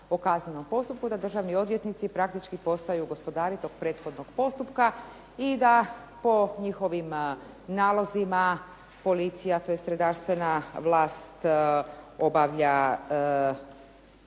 o kaznenom postupku, da državni odvjetnici praktički postaju gospodari tog prethodnog postupka, i da po njihovim nalozima policija, tj. redarstvena vlast obavlja